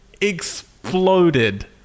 exploded